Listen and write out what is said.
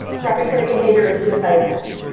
preparatory behavior or suicide attempt?